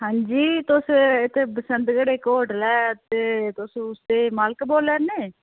हां जी तुस बसंतगढ़ इक्क होटल ऐ ते तुस उत्थें दे मालक बोल्ला नै